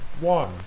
One